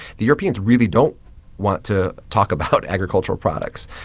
the europeans really don't want to talk about agricultural products.